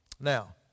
Now